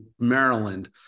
Maryland